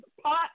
pot